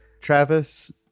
Travis